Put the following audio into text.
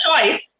choice